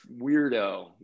weirdo